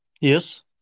Yes